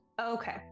Okay